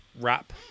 wrap